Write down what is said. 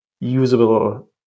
usable